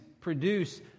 produce